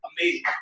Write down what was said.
Amazing